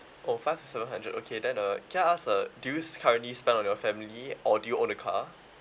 oh five to seven hundred okay then uh can I ask uh do you currently spend on your family or do you own a car